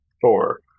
Four